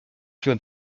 się